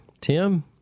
Tim